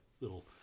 Little